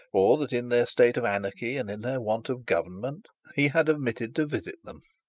or that in their state of anarchy and in their want of government he had omitted to visit them.